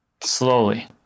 slowly